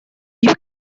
you